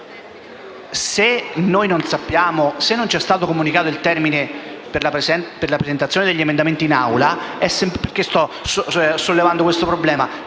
non ci è stato comunicato il termine per la presentazione degli emendamenti in Assemblea; sto sollevando questo problema